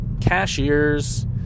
cashiers